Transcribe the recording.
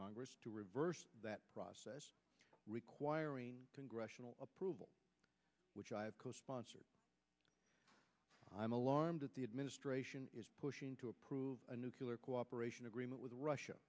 gress to reverse that process requiring congressional approval which i've co sponsored i am alarmed that the administration is pushing to approve a nuclear cooperation agreement with russia